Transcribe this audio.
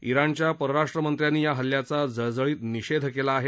इराणच्या परराष्ट्रमंत्र्यांनी या हल्ल्याचा जळजळीत निषेध केला आहे